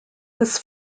this